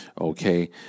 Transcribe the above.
Okay